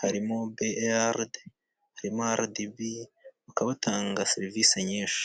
harimo beyaride, harimo aradibi, bakaba batanga serivisi nyinshi.